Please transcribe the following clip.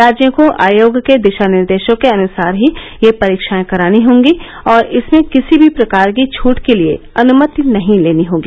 राज्यों को आयोग के दिशा निर्देशों के अनुसार ही ये परीक्षाएं करानी होगी और इसमें किसी भी प्रकार की छूट के लिए अनुमति लेनी होगी